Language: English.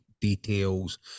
details